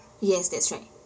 yes that's right